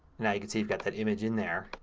now got that image in there